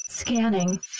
Scanning